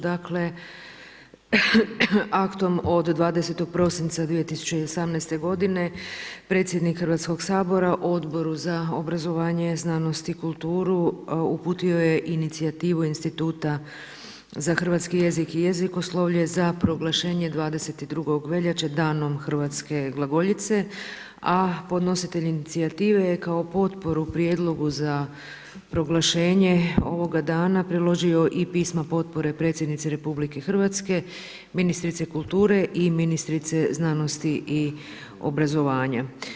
Dakle, aktom od 20. prosinca 2018. godine predsjednik Hrvatskoga sabora Odboru za obrazovanje, znanost i kulturu uputio je inicijativu Instituta za hrvatski jezik i jezikoslovlje za proglašenje 22. veljače Danom hrvatske glagoljice, a podnositelj inicijative je kao potporu prijedlogu za proglašenje ovoga dana priložio i pismo potpore Predsjednici Republike Hrvatske, ministrici kulture i ministrici znanosti i obrazovanja.